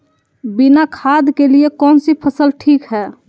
बिना खाद के लिए कौन सी फसल ठीक है?